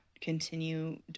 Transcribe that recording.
continue